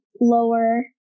lower